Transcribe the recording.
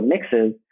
mixes